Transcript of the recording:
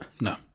No